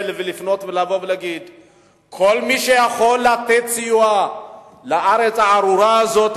ולומר שכל מי שיכול לתת סיוע לארץ הארורה הזאת,